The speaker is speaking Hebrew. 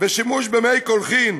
ושימוש במי קולחין,